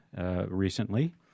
recently